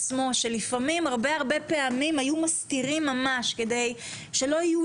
לעתים קרובות היו מסתירים ממש כדי שלא יהיו